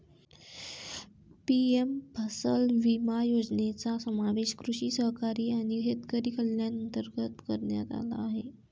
PM फसल विमा योजनेचा समावेश कृषी सहकारी आणि शेतकरी कल्याण अंतर्गत करण्यात आला आहे